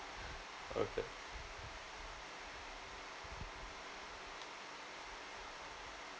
okay